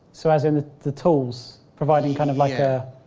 so as in the tools, providing kind of like a.